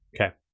Okay